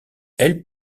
elle